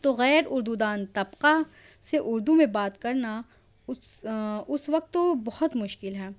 تو غیر اُردو دان طبقہ سے اُردو میں بات کرنا اُس اُس وقت تو بہت مشکل ہے